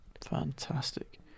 fantastic